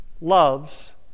loves